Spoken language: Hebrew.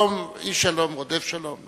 איש שלום, רודף שלום.